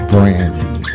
Brandy